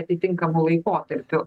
atitinkamu laikotarpiu